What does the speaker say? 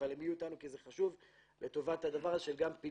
אבל הם יהיו איתנו כי זה חשוב לטובת הדבר,